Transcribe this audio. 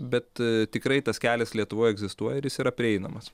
bet tikrai tas kelias lietuvoj egzistuoja ir jis yra prieinamas